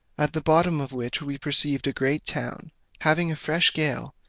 at the bottom of which we perceived a great town having a fresh gale,